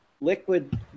liquid